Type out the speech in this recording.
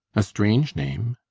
a strange name.